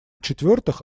четвертых